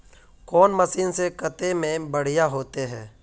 कौन मशीन से कते में बढ़िया होते है?